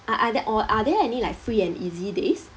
uh are there or are there any like free and easy days